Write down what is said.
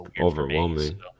overwhelming